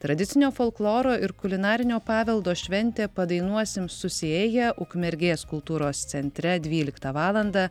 tradicinio folkloro ir kulinarinio paveldo šventė padainuosim susiėję ukmergės kultūros centre dvyliktą valandą